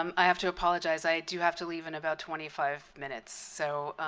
um i have to apologize. i do have to leave in about twenty five minutes, so